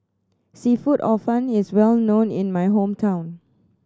seafood Hor Fun is well known in my hometown